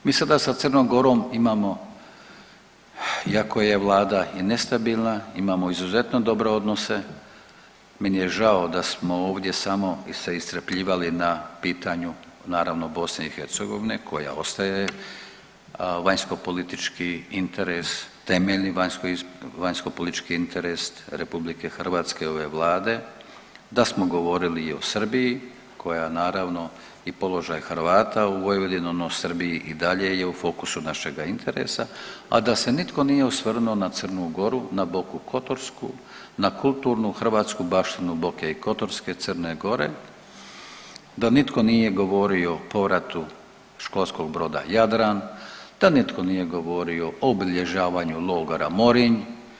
Mi sada sa Crnom Gorom imamo iako je vlada i nestabilna imamo izuzetno dobre odnose, meni je žao da smo ovdje samo se iscrpljivali na pitanju naravno BiH koja ostaje vanjskopolitički interes, temeljni vanjskopolitički interes RH i ove vlade, da smo govorili i o Srbiji koja naravno i položaj Hrvata u Vojvodini ono u Srbiji i dalje je u fokusu našega interesa, a da se nitko nije osvrnuo na Crnu Goru, na Boku Kotorsku, na kulturnu hrvatsku baštinu Boke i Kotorske, Crne Gore, da nitko nije govorio o povratu školskog broda Jadran, da nitko nije govorio o obilježavanju logora Morin.